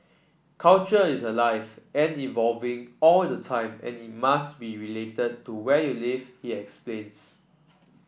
culture is alive and evolving all the time and it must be related to where you live he explains